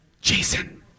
Jason